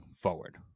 forward